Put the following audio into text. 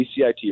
BCIT